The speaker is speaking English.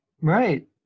right